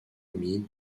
humide